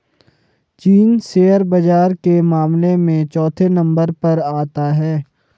चीन शेयर बाजार के मामले में चौथे नम्बर पर आता है